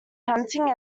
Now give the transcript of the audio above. hunting